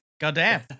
Goddamn